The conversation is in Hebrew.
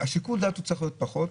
שיקול הדעת צריך להיות פחות,